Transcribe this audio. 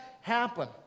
happen